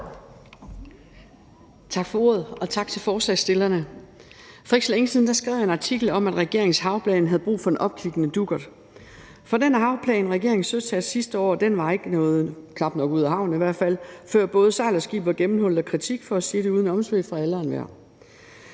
Tak for ordet, og tak til forslagsstillerne. For ikke så længe siden skrev jeg en artikel om, at regeringens havplan havde brug for en opkvikkende dukkert. For den havplan, regeringen søsatte sidste år, var knap nok nået ud af havnen, før både sejl og skib var gennemhullet af kritik – for at sige det uden omsvøb – fra alle og enhver.